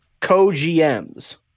co-GMs